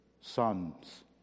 sons